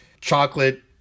chocolate